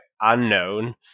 unknown